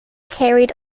carried